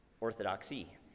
Orthodoxy